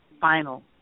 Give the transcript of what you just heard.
final